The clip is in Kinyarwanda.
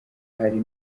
hari